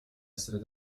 essere